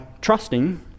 trusting